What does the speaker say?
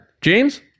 James